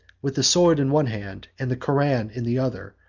with the sword in one hand and the koran in the other,